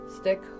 stick